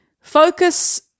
Focus